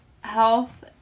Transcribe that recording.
health